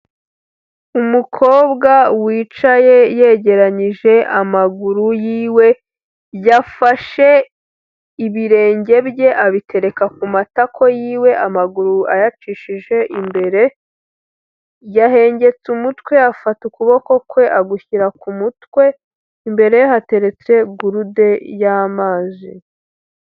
Umukobwa wicaye yegeranyije amaguru y'iwe, yafashe ibirenge bye abitereka ku matako y'iwe, amaguru ayacishije imbere, yahengetse umutwe afata ukuboko kwe agushyira ku mutwe, imbere ye hateretse gurude y'amazi.